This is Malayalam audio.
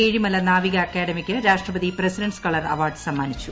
ഏഴിമല നാവിക ആർക്കാദമിക്ക് രാഷ്ട്രപതി പ്രസിഡന്റസ് കളർ അവാർഡ് റ്സ്മ്മാനിച്ചു